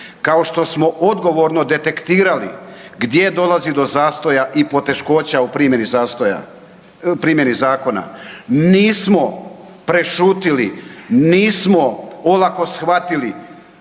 Kao što smo odgovorno detektirali gdje dolazi do zastoja i poteškoća u primjeni Zakona nismo prešutjeli, nismo olako shvatili